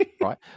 right